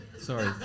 Sorry